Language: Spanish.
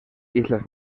islas